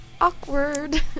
awkward